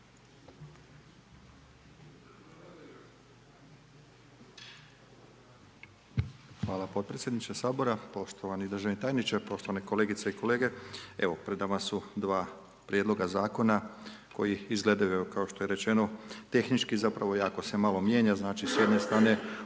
Hvala potpredsjedniče Sabora, poštovani državni tajniče, poštovane kolegice i kolege. Evo pred nama su dva prijedloga koji izgledaju kao što je rečeno tehnički zapravo jako se malo mijenja, znači s jedne strane